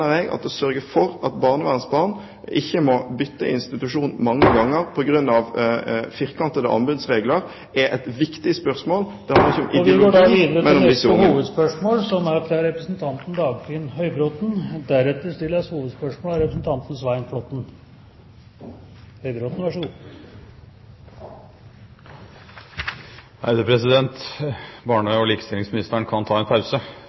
jeg at å sørge for at barnevernsbarn ikke må bytte institusjon mange ganger på grunn av firkantede anbudsregler, er et viktig spørsmål. Vi går videre til neste hovedspørsmål, fra representanten Dagfinn Høybråten.